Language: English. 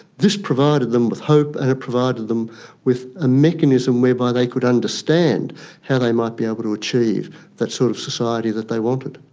this provided them with hope and provided them with a mechanism whereby they could understand how they might be able to achieve that sort of society that they wanted.